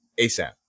ASAP